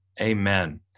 Amen